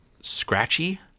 Scratchy